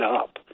up